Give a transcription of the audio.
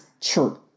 true